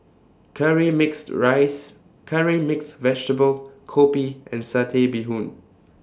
Curry Mixed Rice Curry Mixed Vegetable Kopi and Satay Bee Hoon